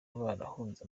barahunze